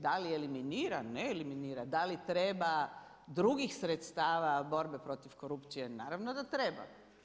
Da li eliminira, ne eliminira, da li treba drugih sredstava borbe protiv korupcije, naravno da treba.